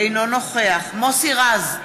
אינו נוכח מוסי רז,